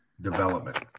development